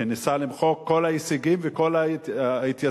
ניסה למחוק, כל ההישגים וכל התייצבות